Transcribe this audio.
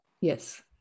Yes